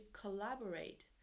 collaborate